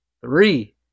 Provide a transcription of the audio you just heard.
Three